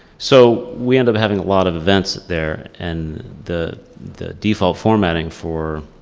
so we end up having a lot of events there. and the the default formatting for